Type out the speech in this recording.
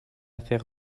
faire